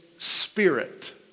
spirit